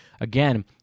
Again